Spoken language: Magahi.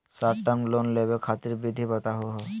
शार्ट टर्म लोन लेवे खातीर विधि बताहु हो?